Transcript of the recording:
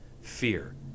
fear